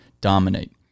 dominate